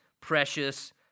precious